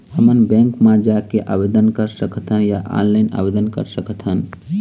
हमन बैंक मा जाके आवेदन कर सकथन या ऑनलाइन आवेदन कर सकथन?